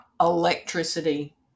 electricity